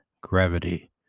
gravity